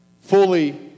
fully